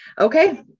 Okay